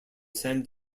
san